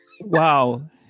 Wow